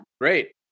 Great